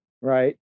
right